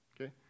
Okay